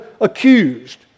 accused